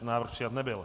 Návrh přijat nebyl.